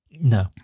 No